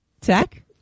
tech